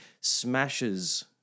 smashes